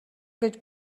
гэж